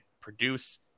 produce